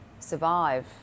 Survive